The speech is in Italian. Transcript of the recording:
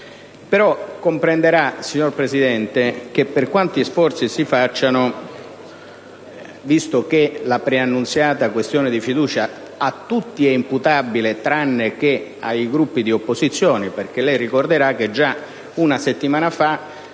sera. Comprenderà però, signor Presidente, che, per quanti sforzi si facciano, la preannunziata questione di fiducia a tutti è imputabile tranne che ai Gruppi d'opposizione; ricorderà infatti che già una settimana fa,